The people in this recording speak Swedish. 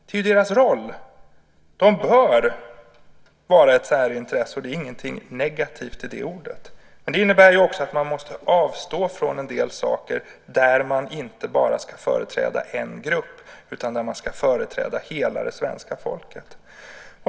Till LO:s roll hör att det bör vara ett särintresse. Det är inte någonting negativt i det ordet, men det innebär att man måste avstå från en del saker när man inte bara ska företräda en grupp utan hela det svenska folket.